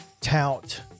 tout